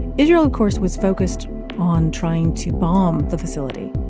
israel, of course, was focused on trying to bomb the facility.